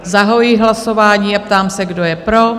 Zahajuji hlasování a ptám se, kdo je pro?